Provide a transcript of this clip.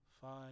five